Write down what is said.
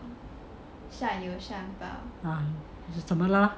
善有善报